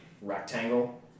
rectangle